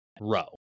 row